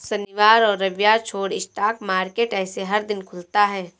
शनिवार और रविवार छोड़ स्टॉक मार्केट ऐसे हर दिन खुलता है